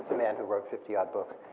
man who wrote fifty odd books.